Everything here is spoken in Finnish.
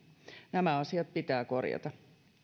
nämä asiat pitää korjata